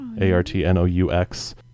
a-r-t-n-o-u-x